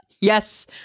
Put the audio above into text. Yes